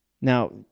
Now